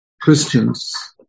Christians